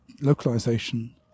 localization